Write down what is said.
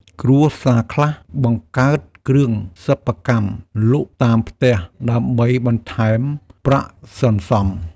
គ្រួសារខ្លះបង្កើតគ្រឿងសិប្បកម្មលក់តាមផ្ទះដើម្បីបន្ថែមប្រាក់សន្សំ។